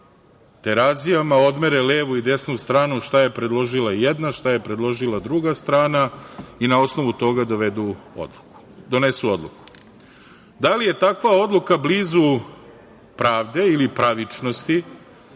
terazijama odmere levu i desnu stranu, šta je predložila jedna, šta je predložila druga strana i na osnovu toga donesu odluku. Da li je takva odluka blizu pravde ili pravičnosti?